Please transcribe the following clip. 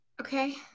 okay